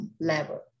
level